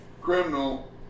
criminal